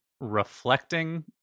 reflecting